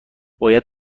باید